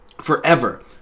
forever